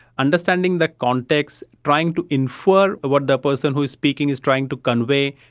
understanding the context, trying to infer what the person who is speaking is trying to convey,